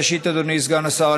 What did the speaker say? אדוני סגן השר,